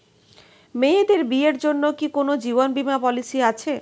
মেয়েদের বিয়ের জন্য কি কোন জীবন বিমা পলিছি আছে?